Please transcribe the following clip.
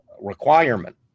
requirement